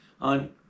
on